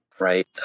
right